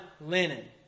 Linen